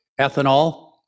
ethanol